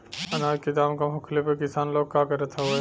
अनाज क दाम कम होखले पर किसान लोग का करत हवे?